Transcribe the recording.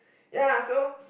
ya so